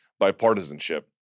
Bipartisanship